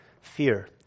fear